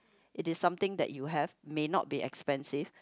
it is something that you have may not be expensive